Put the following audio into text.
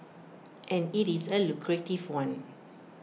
and IT is A lucrative one